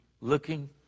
looking